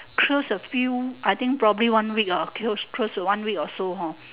close a few I think probably one week uh close to one week or so hor